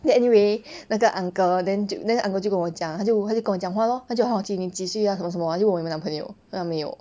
then anyway 那个 uncle then 就那个 uncle 就跟我们讲他就他就跟我讲话 lor 他就 hor 几你几岁 ya 什么什么 hor 我又没有男朋友我讲没有